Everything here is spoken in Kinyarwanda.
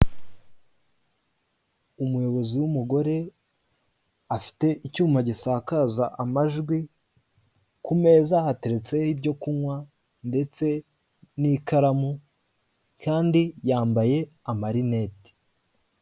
Umuyobozi w'umugore afite icyuma gisakaza amajwi, ku meza hateretseho ibyo kunywa ndetse n'ikaramu, kandi yambaye amarinete.